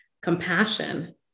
compassion